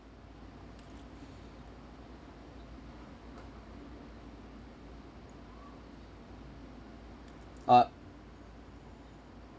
ah